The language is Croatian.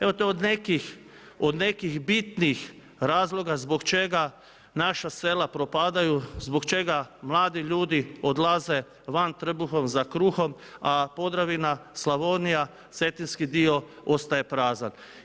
Evo to je od nekih, od nekih bitnih razloga zbog čega naša sela propadaju, zbog čega mladi ljudi odlaze van trbuhom za kruhom a Podravina, Slavonija, Cetinski dio staje prazan.